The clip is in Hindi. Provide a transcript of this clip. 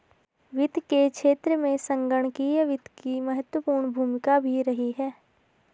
वित्त के क्षेत्र में संगणकीय वित्त की महत्वपूर्ण भूमिका भी रही है